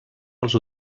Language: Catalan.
els